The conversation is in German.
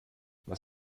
was